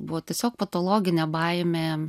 buvo tiesiog patologinė baimė